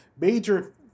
major